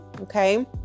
okay